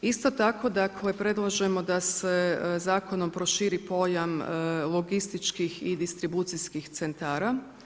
Isto tako predlažemo da se zakonom proširi pojam logistički i distribucijskih centara.